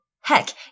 Heck